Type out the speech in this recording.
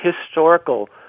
historical